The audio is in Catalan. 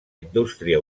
indústria